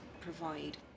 provide